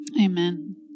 Amen